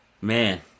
man